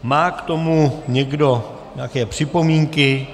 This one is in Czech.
Má k tomu někdo nějaké připomínky?